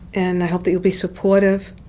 and i hope that you'll be supportive.